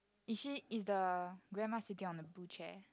is she is the grandma sitting on the blue chair